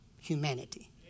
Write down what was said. humanity